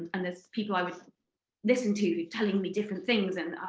and there's people i would listen to telling me different things. and